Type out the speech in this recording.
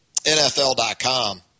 NFL.com